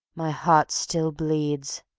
my heart still bleeds,